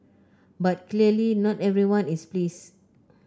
but clearly not everyone is please